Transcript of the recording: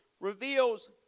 reveals